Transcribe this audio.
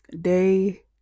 day